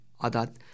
Adat